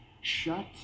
shut